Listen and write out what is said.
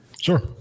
Sure